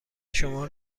شما